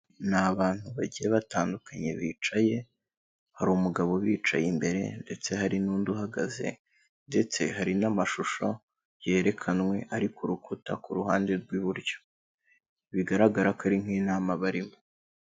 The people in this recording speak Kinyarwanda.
Ni abantu bagiye batandukanye bicaye, hari umugabo ubicaye imbere ndetse hari n'undi uhagaze ndetse hari n'amashusho yerekanwe ari ku rukuta ku ruhande rw'iburyo. Bigaragara ko ari nk'inama barimo.